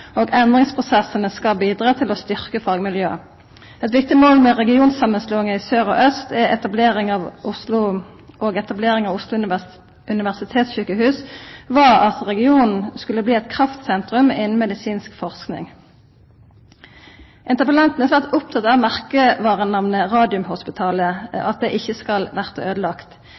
og endringsprosessane skal bidra til å styrkja fagmiljøa. Eit viktig mål med samanslåinga av regionane i sør og aust og etablering av Oslo universitetssykehus var at regionen skulle bli eit kraftsentrum innan medisinsk forsking. Interpellanten er svært oppteken av at merkevarenamnet Radiumhospitalet ikkje skal verta øydelagt. I VG i dag kan vi lesa at